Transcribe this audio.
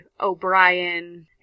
O'Brien